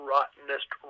Rottenest